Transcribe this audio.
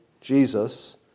Jesus